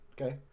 Okay